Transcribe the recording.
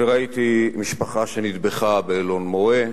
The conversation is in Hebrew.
וראיתי משפחה שנטבחה באלון-מורה,